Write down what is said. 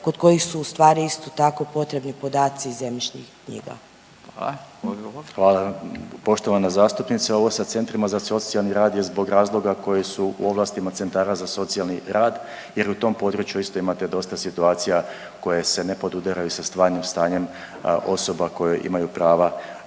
(Nezavisni)** Hvala, odgovor. **Salapić, Josip (HDSSB)** Hvala. Poštovana zastupnice, ovo sa centrima za socijalni rad je zbog razloga koje su u ovlastima centara za socijalni rad jer u tom području isto imate dosta situacija koje se ne podudaraju sa stvarnim stanjem osoba koje imaju prava